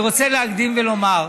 אני רוצה להקדים ולומר: